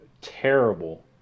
terrible